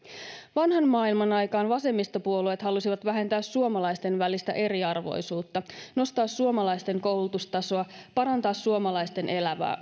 vanhan maailman aikaan vasemmistopuolueet halusivat vähentää suomalaisten välistä eriarvoisuutta nostaa suomalaisten koulutustasoa parantaa suomalaisten elämää